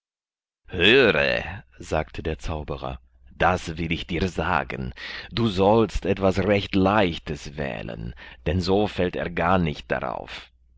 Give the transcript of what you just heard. höre sagte der zauberer das will ich dir sagen du sollst etwas recht leichtes wählen denn so fällt er gar nicht darauf